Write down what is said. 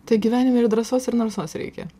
tai gyvenime ir drąsos ir narsos reikia